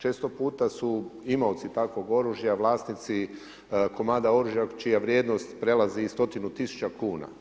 Često puta su imaoci takvog oružja vlasnici komada oružja čija vrijednost prelazi i stotinu tisuća kuna.